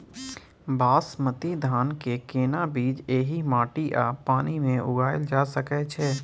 बासमती धान के केना बीज एहि माटी आ पानी मे उगायल जा सकै छै?